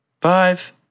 five